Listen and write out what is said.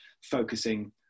focusing